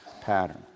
pattern